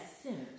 sinners